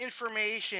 Information